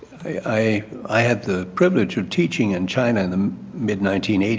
i i have the privilege of teaching in china in the mid nineteen eighty